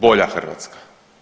Bolja Hrvatska.